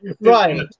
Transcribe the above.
Right